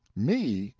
me,